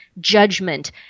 judgment